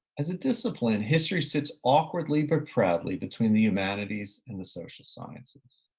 as a discipline, history sits awkwardly but proudly between the humanities and the social sciences.